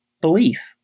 belief